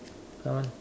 someone